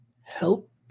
help